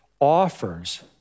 offers